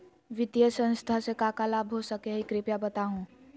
वित्तीय संस्था से का का लाभ हो सके हई कृपया बताहू?